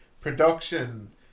production